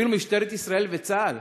אפילו משטרת ישראל וצה"ל,